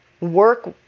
work